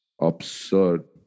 absurd